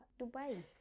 Dubai